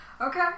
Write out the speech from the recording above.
Okay